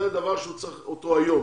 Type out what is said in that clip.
זה דבר שהוא צריך אותו היום.